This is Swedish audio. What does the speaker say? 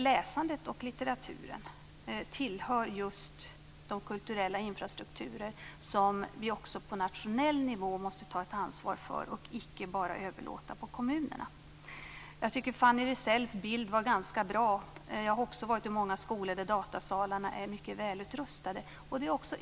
Läsandet och litteraturen tillhör just de kulturella infrastrukturer som vi också på nationell nivå måste ta ett ansvar för och icke bara överlåta på kommunerna. Jag tycker att Fanny Rizells bild var ganska bra. Jag har också varit i många skolor där datasalarna är mycket välutrustade.